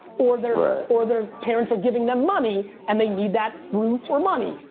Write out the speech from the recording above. or their ah or their parents are giving them money and they need that room for money.